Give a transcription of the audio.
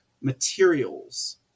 materials